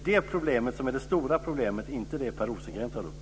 Detta är det stora problemet, inte det som Per Rosengren tar upp!